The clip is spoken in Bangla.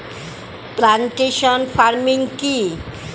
প্লান্টেশন ফার্মিং কি?